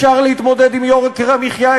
אפשר להתמודד עם יוקר המחיה.